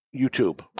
YouTube